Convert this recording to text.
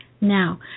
Now